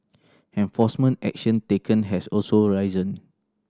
enforcement action taken has also risen